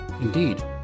Indeed